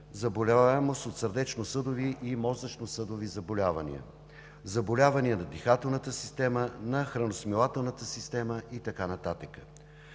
заболеваемост от сърдечносъдови и мозъчносъдови заболявания, заболявания на дихателната система, на храносмилателната система и така